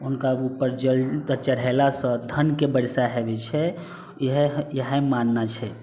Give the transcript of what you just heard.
हुनका उपर जल चढ़ेलासँ धनके वर्षा हेबै छै इएह माननाइ छै